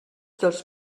dels